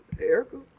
Erica